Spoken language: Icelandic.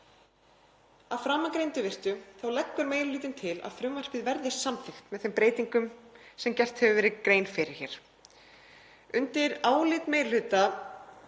Að framangreindu virtu leggur meiri hlutinn til að frumvarpið verði samþykkt með breytingum sem gerð hefur verið grein fyrir. Undir álit meiri hluta